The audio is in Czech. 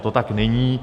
To tak není.